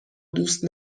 دوست